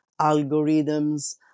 algorithms